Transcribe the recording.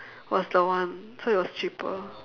was the one so it was cheaper